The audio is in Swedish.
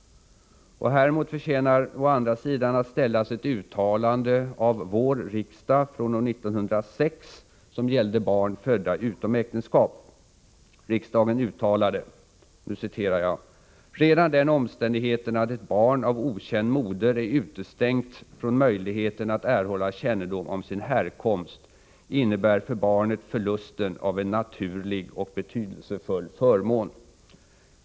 Häremot förtjänar å andra sidan att ställas ett uttalande av vår riksdag från år 1906 som gällde barn födda utom äktenskap. Riksdagen uttalade: Redan den omständigheten, att ett barn av okänd moder är utestängt från möjligheten att erhålla kännedom om sin härkomst, innebär för barnet förlusten av en naturlig och betydelsefull förmån.